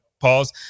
pause